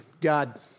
God